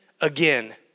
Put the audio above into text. again